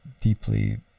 deeply